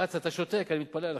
כץ, אתה שותק, אני מתפלא עליך,